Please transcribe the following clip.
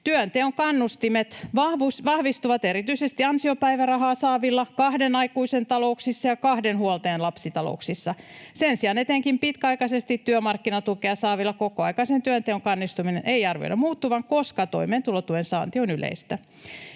”Työnteon kannustimet vahvistuvat erityisesti ansiopäivärahaa saavilla, kahden aikuisen talouksissa ja kahden huoltajan lapsitalouksissa. Sen sijaan etenkin pitkäaikaisesti työmarkkinatukea saavilla kokoaikaisen työnteon kannustimien ei arvioida muuttuvan, koska toimeentulotuen saanti on yleistä.